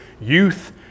youth